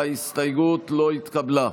ההסתייגות לא התקבלה.